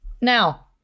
now